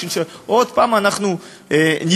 בשביל שעוד פעם אנחנו נתגאה,